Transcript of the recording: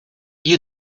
you